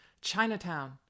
Chinatown